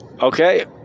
Okay